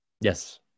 Yes